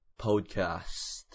Podcast